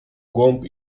głąb